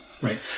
right